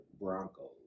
Broncos